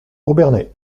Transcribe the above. obernai